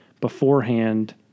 beforehand